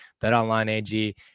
BetOnline.ag